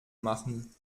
machen